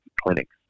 clinics